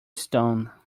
stone